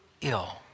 ill